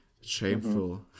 shameful